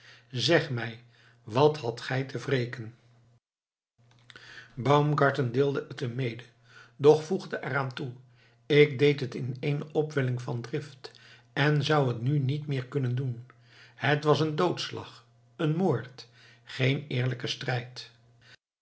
zeg mij wat hadt gij te wreken baumgarten deelde het hem mede doch voegde er aan toe ik deed het in eene opwelling van drift en zou het nu niet meer kunnen doen het was een doodslag een moord geen eerlijke strijd